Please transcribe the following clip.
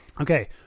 Okay